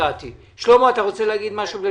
כפי שאנחנו מדברים עכשיו על חוק יסוד: משק המדינה,